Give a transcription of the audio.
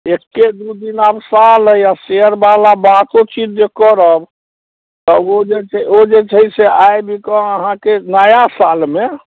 एक दू दिनामे साल लागि जायत शेयरवला बातोचीत जे करब तऽ ओ जे छै ओ जे छै से आबि अहाँके आखिर नया सालमे